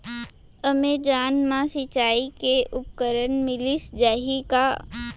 Amazon मा सिंचाई के उपकरण मिलिस जाही का?